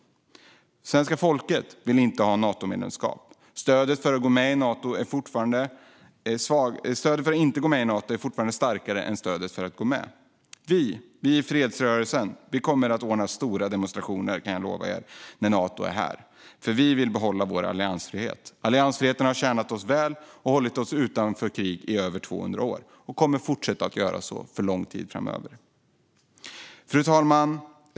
Svenska folket vill inte ha ett Natomedlemskap. Stödet för att inte gå med i Nato är fortfarande starkare än stödet för att gå med. Jag kan lova att vi i fredsrörelsen kommer att ordna stora demonstrationer när Nato är här, för vi vill behålla vår alliansfrihet. Alliansfriheten har tjänat oss väl och hållit oss utanför krig i över 200 år, och den kommer att fortsätta att göra så under lång tid framöver. Fru talman!